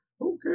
okay